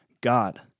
God